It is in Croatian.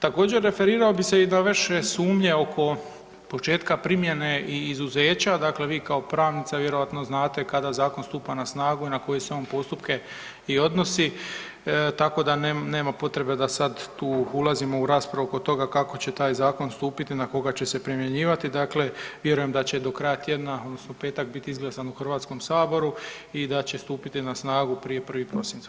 Također referirao bih se i na vaše sumnje oko početka primjene i izuzeća, dakle vi kao pravnica vjerojatno znate kada zakon stupa na snagu i na koje se on postupke i odnosi tako da nema potreba da sad tu ulazimo u raspravu oko toga kako će taj zakon stupiti, na koja će se primjenjivati, dakle vjerujem da će do kraja tjedna odnosno petak biti izglasan u Hrvatskom saboru i da će stupiti na snagu prije 1. prosinca.